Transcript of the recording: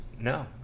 no